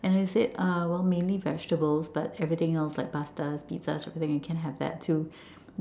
and I said uh well mainly vegetables but everything else like pastas pizzas I can have that too